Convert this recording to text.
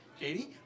Katie